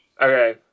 Okay